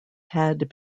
had